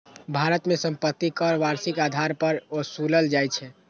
भारत मे संपत्ति कर वार्षिक आधार पर ओसूलल जाइ छै